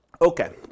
Okay